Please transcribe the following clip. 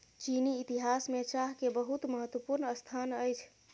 चीनी इतिहास में चाह के बहुत महत्वपूर्ण स्थान अछि